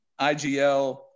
IGL